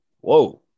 Whoa